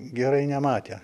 gerai nematė